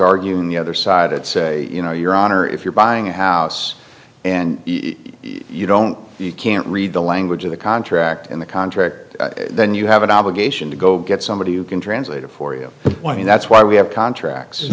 arguing the other side at say you know your honor if you're buying a house and you don't you can't read the language of the contract in the contract then you have an obligation to go get somebody who can translate it for you and that's why we have contracts